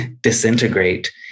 disintegrate